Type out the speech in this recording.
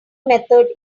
method